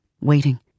waiting